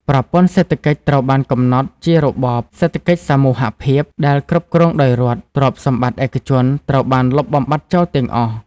ប្រព័ន្ធសេដ្ឋកិច្ចត្រូវបានកំណត់ជារបប សេដ្ឋកិច្ចសមូហភាព ដែលគ្រប់គ្រងដោយរដ្ឋ ទ្រព្យសម្បត្តិឯកជនត្រូវបានលុបបំបាត់ចោលទាំងអស់។